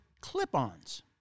clip-ons